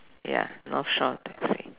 ya North Shore taxi